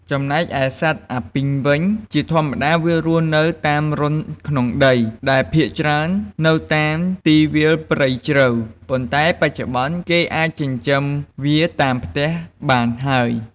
ចំណែកឯសត្វអាពីងវិញ ជាធម្មតាវារស់នៅតាមរន្ធក្នុងដី ដែលភាគច្រើននៅតាមទីវាលព្រៃជ្រៅ ប៉ុន្តែបច្ចុប្បន្នគេអាចចិញ្ចឹមវាតាមផ្ទះបានហើយ។